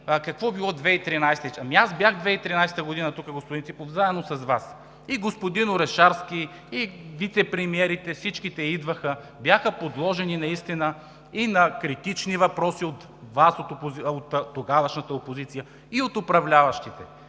какво било през 2013 г. Ами аз бях 2013 г. тук, господин Ципов, заедно с Вас. И господин Орешарски, и вицепремиерите – всичките идваха, бяха подложени наистина и на критични въпроси от тогавашната опозиция, и от управляващите.